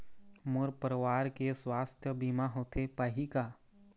मोर परवार के सुवास्थ बीमा होथे पाही का?